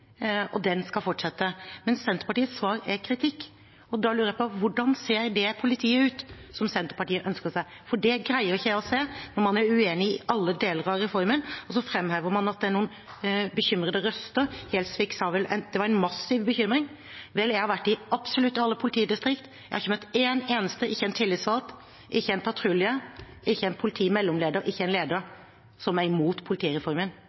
og den skal fortsette. Men Senterpartiets svar er kritikk. Og da lurer jeg på: Hvordan ser det politiet ut som Senterpartiet ønsker seg? Det greier ikke jeg å se når man er uenig i alle deler av reformen. Og så framhever man at det er noen bekymrede røster. Gjelsvik sa vel at det var en massiv bekymring. Vel, jeg har vært i absolutt alle politidistrikter, jeg har ikke møtt en eneste – ikke en tillitsvalgt, ikke en patrulje, ikke en politimellomleder, ikke en leder – som er imot politireformen,